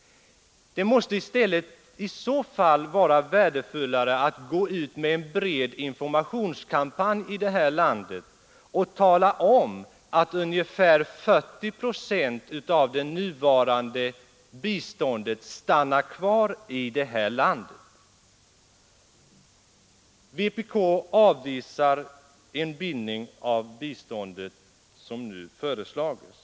Det måste i så fall vara värdefullare att i stället gå ut med en bred informationskampanj här i landet och tala om att ungefär 40 procent av det nuvarande biståndet stannar kvar i Sverige. Vpk avvisar den bindning av biståndet, som nu föreslagits.